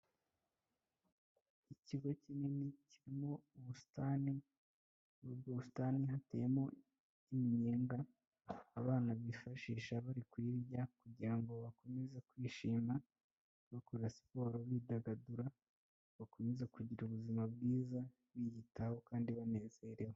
Ikigo kinini kirimo ubusitani, muri ubwo bustani hateyemo iminyenga abana bifashisha bari kuyirya, kugira ngo bakomeze kwishima bakora siporo bidagadura bakomeze kugira ubuzima bwiza, biyitaho kandi banezerewe.